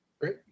Great